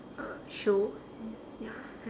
uh show ya